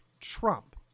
Trump